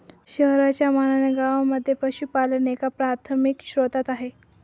शहरांच्या मानाने गावांमध्ये पशुपालन एक प्राथमिक स्त्रोत आहे